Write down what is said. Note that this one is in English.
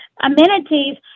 amenities